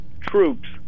troops